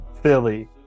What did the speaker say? Philly